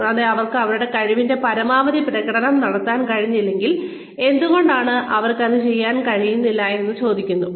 കൂടാതെ അവർക്ക് അവരുടെ കഴിവിന്റെ പരമാവധി പ്രകടനം നടത്താൻ കഴിഞ്ഞില്ലെങ്കിൽ എന്തുകൊണ്ട് അവർക്ക് അത് ചെയ്യാൻ കഴിഞ്ഞില്ലെന്നത് ചോദിക്കുന്നു